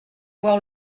voir